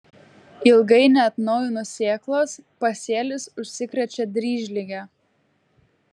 ilgai neatnaujinus sėklos pasėlis užsikrečia dryžlige